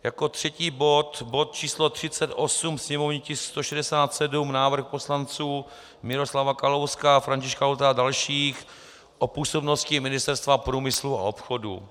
Jako třetí bod bod číslo 38, sněmovní tisk 167, návrh poslanců Miroslava Kalouska a Františka Laudáta a dalších o působnosti Ministerstva průmyslu a obchodu.